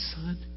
son